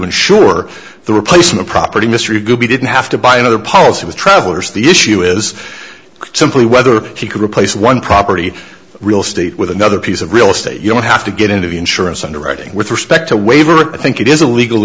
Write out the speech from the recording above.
insure the replacement property mystery goopy didn't have to buy another policy with travellers the issue is simply whether he could replace one property real estate with another piece of real estate you don't have to get into the insurance underwriting with respect to waiver i think it is a legal